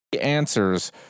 answers